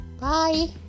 bye